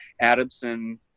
Adamson